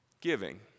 Giving